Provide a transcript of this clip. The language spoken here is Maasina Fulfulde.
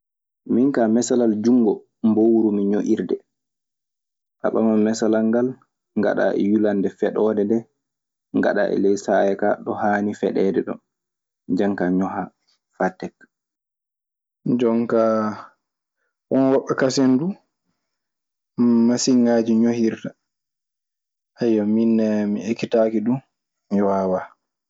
Minkaa mesalal junngo mboowru mi ño'irde. A ɓaman mesalal ngal ngaɗaa e yulande feɗoode ndee ngaɗaa e ley saaya ka ɗo haani feɗeede ɗo. Ndeenkaa njohaa fa tekka. Jon kaa won woɓɓe kasen du masiŋaaji ñohirta. Min nee mi ekitaaki ɗun, mi waawaa.